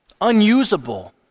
unusable